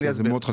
זה מאוד חשוב.